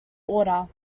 order